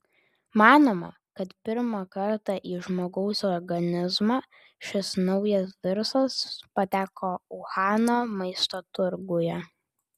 manoma kad pirmą kartą į žmogaus organizmą šis naujas virusas pateko uhano maisto turguje